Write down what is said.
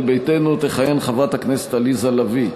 ישראל ביתנו תכהן חברת הכנסת עליזה לביא.